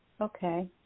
Okay